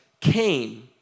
came